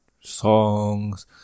songs